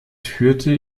führte